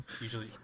usually